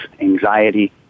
anxiety